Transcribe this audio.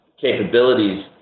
capabilities